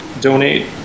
donate